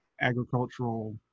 agricultural